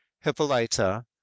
Hippolyta